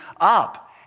up